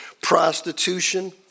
prostitution